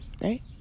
right